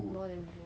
ya